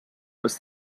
was